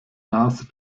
nase